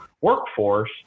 workforce